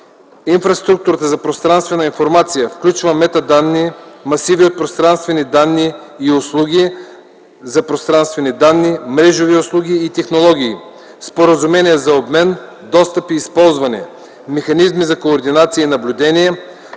Инфраструктурата за пространствена информация включва метаданни, масиви от пространствени данни и услуги за пространствени данни, мрежови услуги и технологии; споразумения за обмен, достъп и използване; механизми за координация и наблюдение;